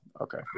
okay